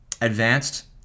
advanced